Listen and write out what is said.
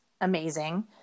amazing